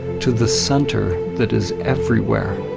to the center that is everywhere.